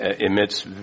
emits